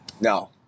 No